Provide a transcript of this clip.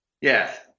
Yes